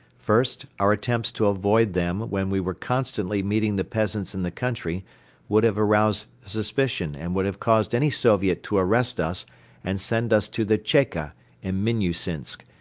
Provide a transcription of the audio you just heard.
first, our attempts to avoid them when we were constantly meeting the peasants in the country would have aroused suspicion and would have caused any soviet to arrest us and send us to the cheka in minnusinsk,